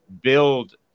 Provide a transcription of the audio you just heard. build